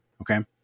Okay